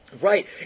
Right